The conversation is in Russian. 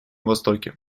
востоке